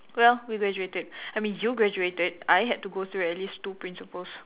well we graduated I mean you graduated I had to go through at least two principals